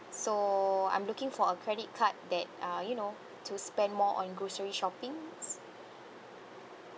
so I'm looking for a credit card that uh you know to spend more on grocery shoppings